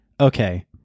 okay